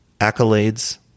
accolades